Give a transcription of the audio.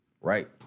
Right